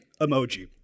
emoji